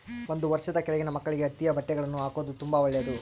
ಒಂದು ವರ್ಷದ ಕೆಳಗಿನ ಮಕ್ಕಳಿಗೆ ಹತ್ತಿಯ ಬಟ್ಟೆಗಳ್ನ ಹಾಕೊದು ತುಂಬಾ ಒಳ್ಳೆದು